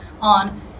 on